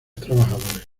trabajadores